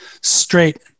straight